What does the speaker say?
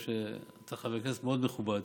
אתה חבר כנסת מאוד מכובד